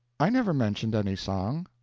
i never mentioned any song.